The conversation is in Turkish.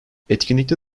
etkinlikte